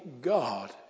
God